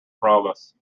promise